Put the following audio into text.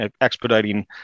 expediting